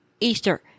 Easter